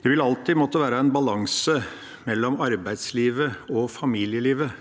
Det vil alltid måtte være en balanse mellom arbeidslivet og familielivet